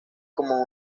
como